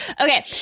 Okay